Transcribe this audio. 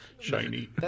Shiny